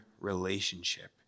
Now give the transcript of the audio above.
relationship